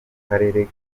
karere